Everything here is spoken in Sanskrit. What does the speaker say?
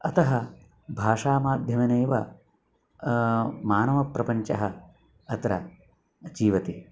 अतः भाषामाध्यमेनैव मानवप्रपञ्चः अत्र जीवते